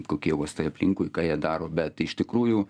kokie uostai aplinkui ką jie daro bet iš tikrųjų